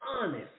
honest